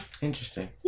Interesting